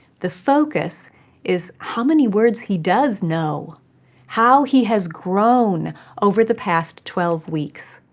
the focus is how many words he does know how he has grown over the past twelve weeks.